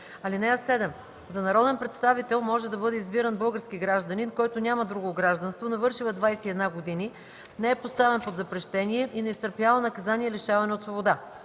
място. (7) За народен представител може да бъде избиран български гражданин, който няма друго гражданство, навършил е 21 години, не е поставен под запрещение и не изтърпява наказание лишаване от свобода.